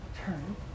turn